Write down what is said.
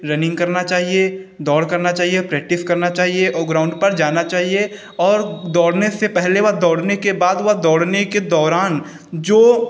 running करना चाहिए दौड़ करना चाहिए और प्रैक्टिस करना चाहिए और ग्राउन्ड पर जाना चाहिए और दौड़ने से पहले व दौड़ने के बाद व दौड़ने के दौरान जो